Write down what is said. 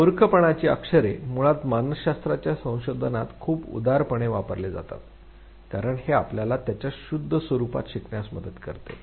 आणि मूर्खपणाचे अक्षरे मुळात मानसशास्त्राच्या संशोधनात खूप उदारपणे वापरले जातात कारण हे आपल्याला त्याच्या शुद्ध स्वरूपात शिकण्यास मदत करते